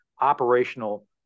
operational